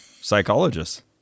psychologists